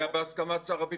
זה היה בהסכמת שר הביטחון.